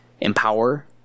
empower